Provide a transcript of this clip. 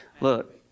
look